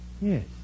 Yes